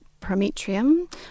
Prometrium